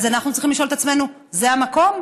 אז אנחנו צריכים לשאול את עצמנו: זה המקום?